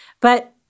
But-